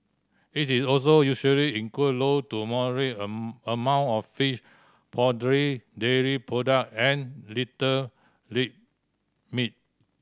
it is also usually include low to moderate amount of fish poultry dairy product and little read meat